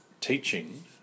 teaching